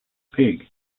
pig